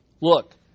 Look